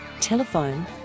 telephone